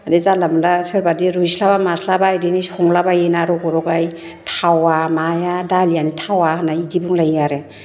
माने जानला मोनला सोरबादि रुइस्लाबा मास्लाबा बिदिनो संलाबायो ना रग' र'गाय थावा माया दालियानो थावा माया बिदि बुंलायो आरो माने नङा